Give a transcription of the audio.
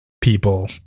People